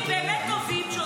אני